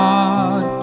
God